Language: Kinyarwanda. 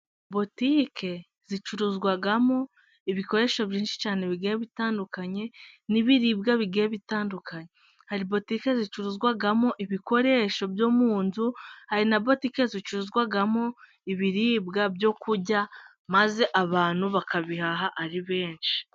Butike zicuruzwamo ibikoresho byinshi cyane bitandukanye, nk'ibiribwa bigiye bitandukanye hari butike zicuruzwamo ibikoresho byo mu nzu, hari na butike zicuruzwamo ibiribwa byo kurya, maze abantu bakabihaha ari benshi.